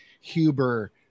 Huber